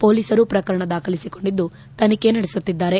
ಪೊಲೀಸರು ಪ್ರಕರಣ ದಾಖಲಿಸಿಕೊಂಡಿದ್ದು ತನಿಖೆ ನಡೆಯುತ್ತಿದೆ